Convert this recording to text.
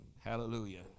Hallelujah